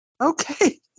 Okay